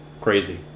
crazy